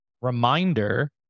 reminder